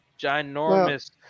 ginormous